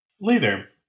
Later